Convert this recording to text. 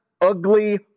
ugly